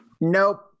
Nope